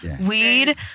Weed